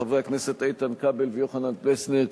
לחברי הכנסת איתן כבל ויוחנן פלסנר,